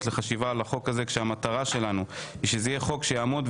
לחשיבה על החוק הזה כאשר המטרה שלנו היא שזה יהיה חוק שיעמוד,